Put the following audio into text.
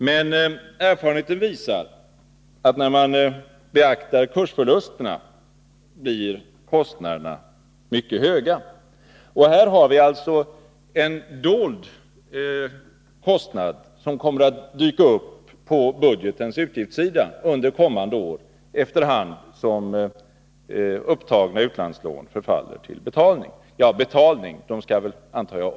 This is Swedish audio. Men erfarenheten visar att kostnaderna blir mycket höga — när man beaktar kursförlusterna. Här har vi alltså en dold kostnad, som kommer att dyka upp på budgetens utgiftssida under kommande år, efter hand som upptagna utlandslån förfaller till betalning. Det kanske inte direkt blir fråga om betalning.